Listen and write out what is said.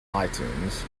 itunes